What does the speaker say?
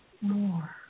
more